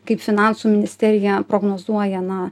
kaip finansų ministerija prognozuoja na